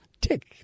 Tick